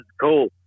cool